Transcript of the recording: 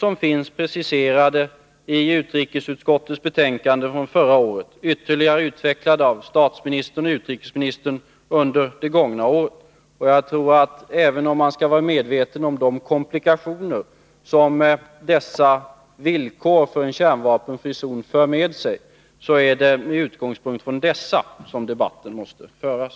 De är preciserade i utrikesutskottets betänkande från förra året, och de har ytterligare utvecklats av statsministern och utrikesministern under det gångna året. Även om man skall vara medveten om de komplikationer som dessa villkor för en kärnvapenfri zon för med sig, tror jag att det är med utgångspunkt i dessa som debatten måste föras.